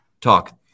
talk